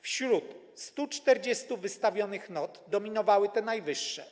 Wśród 140 wystawionych not dominowały te najwyższe.